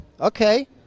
okay